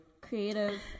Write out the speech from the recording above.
creative